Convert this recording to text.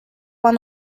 one